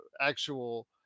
actual